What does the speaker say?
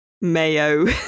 mayo